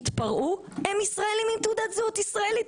הם ישראלים עם תעודת זהות ישראלית,